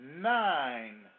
nine